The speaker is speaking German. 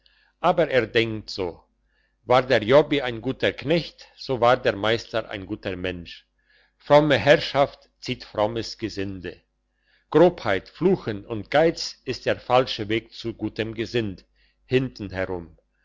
aber er denkt so war der jobbi ein guter knecht so war der meister ein guter mensch fromme herrschaft zieht frommes gesinde grobheit fluchen und geiz ist der falsche weg zu gutem gesind hinten herum